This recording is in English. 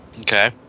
okay